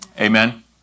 Amen